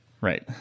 right